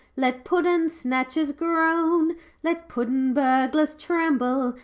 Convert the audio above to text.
let puddin'-snatchers groan let puddin'-burglars tremble,